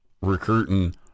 recruiting